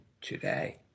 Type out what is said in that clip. today